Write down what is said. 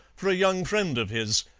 for a young friend of his,